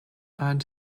earned